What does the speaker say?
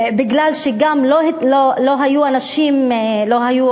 גם מפני שלא היו אנשי מקצוע ערביות